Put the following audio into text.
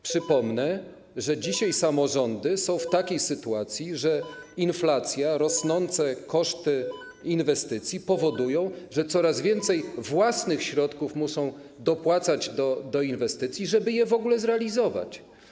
Przypomnę, że dzisiaj samorządy są w takiej sytuacji, że inflacja i rosnące koszty inwestycji powodują, że coraz więcej własnych środków muszą dopłacać do inwestycji, żeby je w ogóle zrealizować.